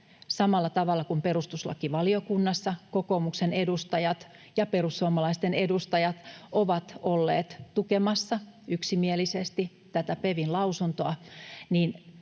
samalla tavalla kuin perustuslakivaliokunnassa kokoomuksen edustajat ja perussuomalaisten edustajat ovat olleet tukemassa yksimielisesti tätä PeVin lausuntoa.